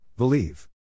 Believe